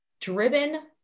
driven